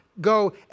go